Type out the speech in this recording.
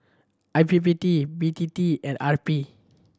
I P P T B T T and R P